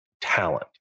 talent